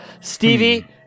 Stevie